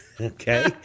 Okay